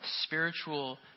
spiritual